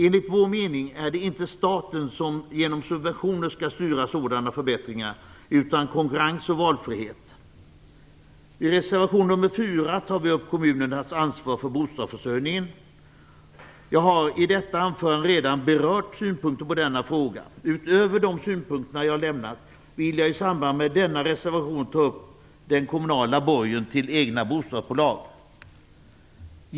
Enligt vår mening är det inte staten som genom subventioner skall styra sådana förbättringar utan det är konkurrens och valfrihet som skall vara styrande. I reservation nr 4 tar vi upp kommunernas ansvar för bostadsförsörjningen. Jag har i detta anförande redan berört synpunkter på denna fråga. Utöver de synpunkter som jag har lämnat vill jag i samband med denna reservation ta upp frågan om den kommunala borgen till egna bostadsbolag.